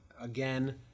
Again